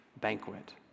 banquet